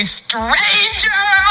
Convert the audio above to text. stranger